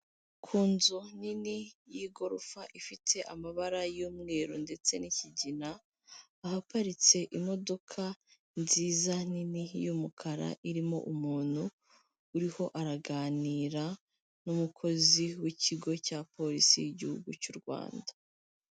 Ku nzu nini y'igorofa ifite amabara y'umweru ndetse n'ikigina, ahaparitse imodoka nziza nini y'umukara, irimo umuntu, uriho araganira n'umukozi w'ikigo cya polisi y'igihugu cy'u Rwanda.